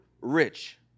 rich